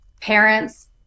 parents